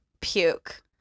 puke